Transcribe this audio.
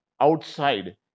outside